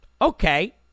Okay